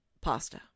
pasta